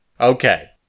Okay